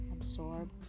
absorb